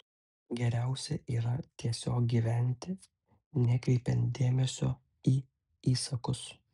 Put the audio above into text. geriausia yra tiesiog gyventi nekreipiant dėmesio į įsakus